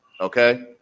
Okay